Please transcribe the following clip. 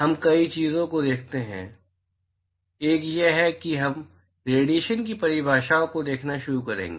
हम कई चीजों को देखते हैं एक यह है कि हम रेडिएशन्स की परिभाषाओं को देखना शुरू करेंगे